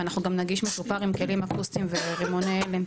ואנחנו גם נגיש מסודר עם כלים אקוסטיים ורימוני הלם,